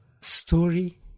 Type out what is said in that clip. story